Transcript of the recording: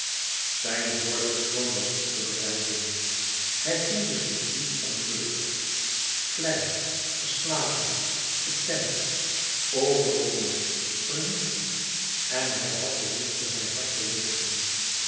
zijn woordenstroom was niet te breidelen hij voelde zich diep ongelukkig klein geslagen getemd overwonnen vernietigd en hij had behoefte zijn hart te luchten